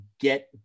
get